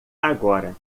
agora